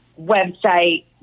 website